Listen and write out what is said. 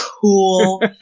cool